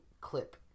clip